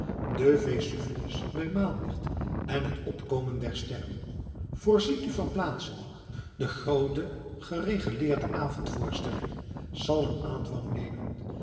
den vesuvius bij maanlicht en het opkomen der sterren voorziet u van plaatsen de groote geregeleerde avondvoorstelling zal een aanvang nemen